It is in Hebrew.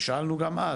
ושאלנו גם אז,